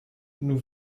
nous